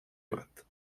bat